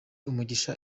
umugisha